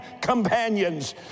companions